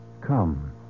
Come